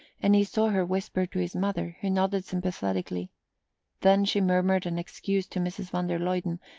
and he saw her whisper to his mother, who nodded sympathetically then she murmured an excuse to mrs. van der luyden,